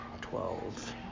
twelve